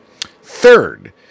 Third